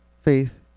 Faith